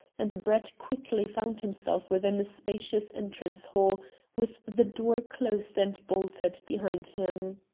and brett quickly found himself within a spacious entrance hall with the door closed and bolted behind him.